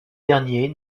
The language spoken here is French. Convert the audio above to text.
dernier